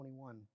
21